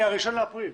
מה-1 באפריל.